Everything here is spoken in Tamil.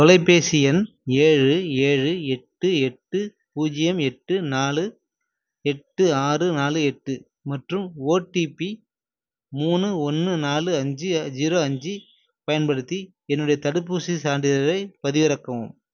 தொலைபேசி எண் ஏழு ஏழு எட்டு எட்டு பூஜ்ஜியம் எட்டு நாலு எட்டு ஆறு நாலு எட்டு மற்றும் ஒடிபி மூணு ஒன்று நாலு அஞ்சு ஜீரோ அஞ்சு பயன்படுத்தி என்னுடைய தடுப்பூசிச் சான்றிதழைப் பதிவிறக்கவும்